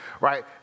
right